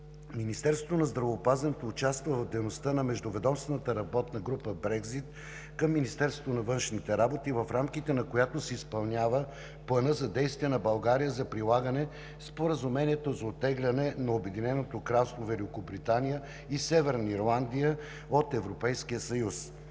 Министерството на здравеопазването участва в дейността на междуведомствената работна група „Брекзит“ към Министерството на външните работи, в рамките на която се изпълнява Планът за действие на България за прилагане Споразумението за оттегляне на Обединеното кралство Великобритания и Северна Ирландия от Европейския съюз.